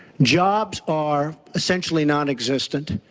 jobs are essentially nonexistent.